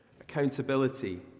accountability